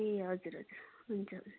ए हजुर हजुर हुन्छ